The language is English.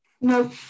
No